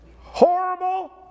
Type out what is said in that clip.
horrible